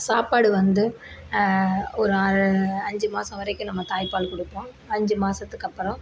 சாப்பாடு வந்து ஒரு அஞ்சு மாதம் வரைக்கும் நம்ம தாய் பால் கொடுப்போம் அஞ்சு மாதத்துக்கு அப்பறம்